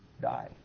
die